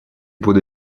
буду